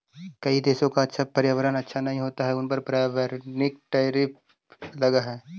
कई देशों का पर्यावरण अच्छा नहीं होता उन पर पर्यावरणिक टैरिफ लगअ हई